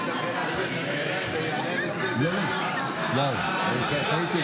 זה כבר נהיה מנהג שכאשר השר מדבר אני יושב פה על הכיסא.